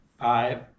Five